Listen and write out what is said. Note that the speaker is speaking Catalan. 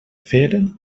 fer